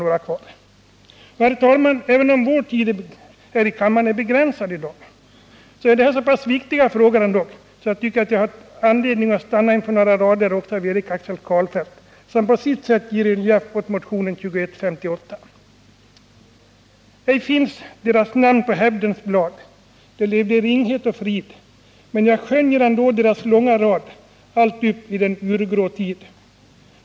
Herr talman! Även om vår tid här i kammaren i dag är begränsad, är det här så pass viktiga frågor att jag tycker att det finns anledning att stanna också inför några rader av Erik Axel Karlfeldt, som på sitt sätt ger relief åt motionen 2158: ”Ej finns deras namn på hävdens blad —- de levde i ringhet och frid. Men jag skönjer ändå deras långa rad allt upp i den urgrå tid.